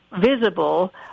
visible